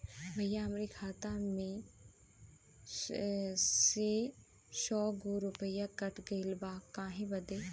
भईया हमरे खाता मे से सौ गो रूपया कट गइल बा काहे बदे?